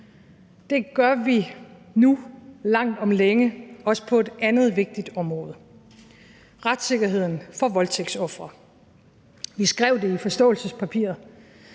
Det gør vi nu langt om længe også på et andet vigtigt område, nemlig retssikkerheden for voldtægtsofre. Vi skrev det i forståelsespapiret